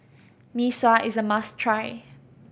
Mee Sua is a must try